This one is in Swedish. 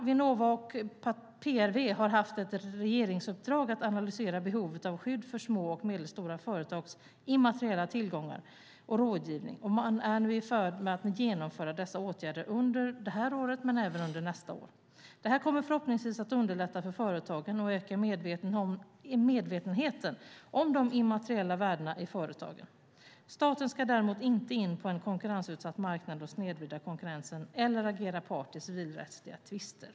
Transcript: Vinnova och PRV har haft ett regeringsuppdrag att analysera behovet av skydd för små och medelstora företags immateriella tillgångar och av rådgivning. Man är nu i färd med att genomföra dessa åtgärder under det här året och även under nästa år. Det här kommer förhoppningsvis att underlätta för företagen och öka medvetenheten om de immateriella värdena i företagen. Staten ska däremot inte in på en konkurrensutsatt marknad och snedvrida konkurrensen eller agera part i civilrättsliga tvister.